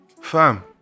Fam